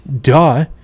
Duh